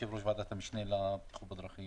כשיושב-ראש ועדת המשנה לבטיחות בדרכים.